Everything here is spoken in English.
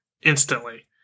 instantly